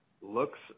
looks